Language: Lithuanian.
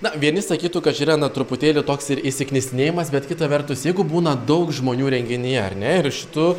na vieni sakytų kad čia yra truputėlį toks ir įsiknisinėjimas bet kita vertus jeigu būna daug žmonių renginyje ar ne ir šitu